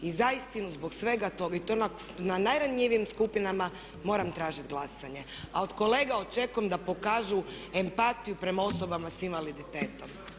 I zaistinu zbog svega toga i to na najranjivijim skupinama moram tražit glasanje a od kolega očekujem da pokažu empatiju prema osobama sa invaliditetom.